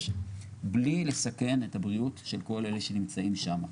בלי לסכן את הבריאות של כל אלה שנמצאים שם.